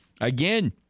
again